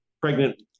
pregnant